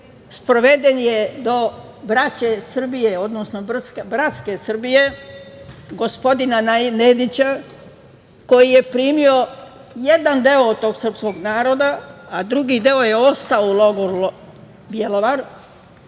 sproveden je do braće Srbije, odnosno bratske Srbije, gospodina Nedića koji je primio jedan deo od tog srpskog naroda, a drugi deo je ostao u logoru Bjelovar,